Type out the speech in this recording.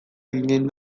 eginen